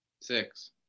Six